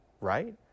right